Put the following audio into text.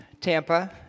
Tampa